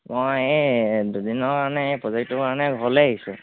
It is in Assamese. মই এই দুদিনৰ কাৰণে এই প্ৰজেক্টটোৰ কাৰণে ঘৰলৈ আহিছোঁ